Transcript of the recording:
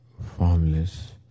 formless